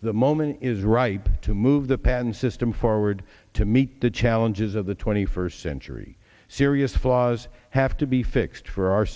the moment is ripe to move the patent system forward to meet the challenges of the twenty first century serious flaws have to be fixed for our